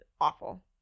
awful